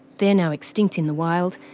they're now extinct in the wild,